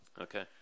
Okay